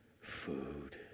food